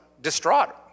distraught